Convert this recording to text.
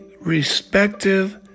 respective